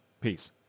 Peace